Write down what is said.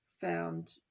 found